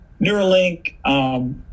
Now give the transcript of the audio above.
Neuralink